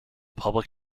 public